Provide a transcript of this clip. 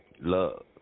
love